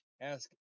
ask